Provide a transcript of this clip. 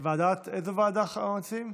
לאיזו ועדה מציעים?